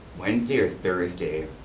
wednesday or thursday